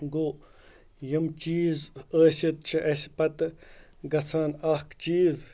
گوٚو یِم چیٖز ٲسِتھ چھِ اَسہِ پَتہٕ گژھان اَکھ چیٖز